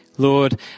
Lord